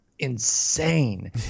insane